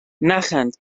نخند